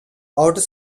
outer